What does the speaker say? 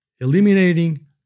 eliminating